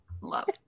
love